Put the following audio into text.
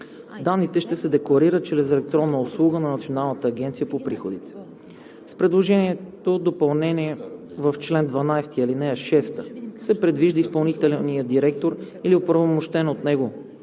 Данните ще се декларират чрез електронна услуга на Националната агенция за приходите (НАП). С предложеното допълнение в чл. 12, ал. 6 се предвижда изпълнителният директор или оправомощен от него